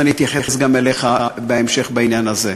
ואני אתייחס גם אליך בהמשך בעניין הזה.